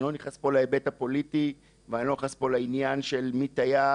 אני לא נכנס פה להיבט הפוליטי ואני לא נכנס פה לעניין של מי תייר